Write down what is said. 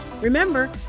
Remember